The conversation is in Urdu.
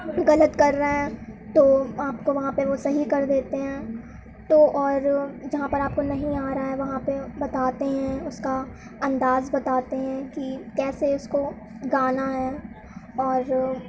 غلط کر رہے ہیں تو آپ کو وہاں پہ وہ صحیح کر دیتے ہیں تو اور جہاں پر آپ کو نہیں آ رہا ہے وہاں پہ بتاتے ہیں اس کا انداز بتاتے ہیں کہ کیسے اس کو گانا ہے اور